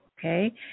Okay